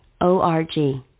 O-R-G